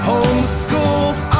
Homeschooled